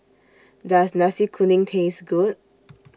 Does Nasi Kuning Taste Good